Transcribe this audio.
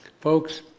Folks